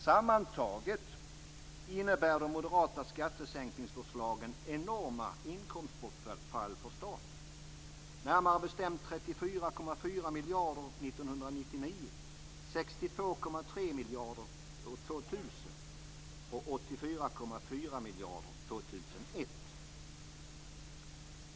Sammantaget innebär de moderata skattesänkningsförslagen enorma inkomstbortfall för staten, närmare bestämt 34,4 miljarder år 1999, 62,3 miljarder år 2000 och 84,4 miljarder år 2001.